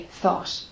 thought